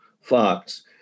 Fox